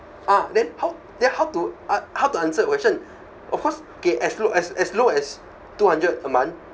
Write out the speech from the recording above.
ah then how then how to uh how to answer your question of course okay as low as as low as two hundred a month